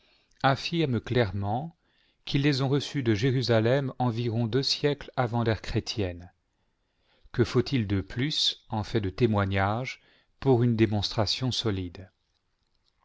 affirment clairement qu'ils les ont reçus de jérusalem environ deux siècles avant l'ère chrétienne que faut-il de plus en fait de témoignages pour une démonstration solide